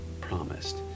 promised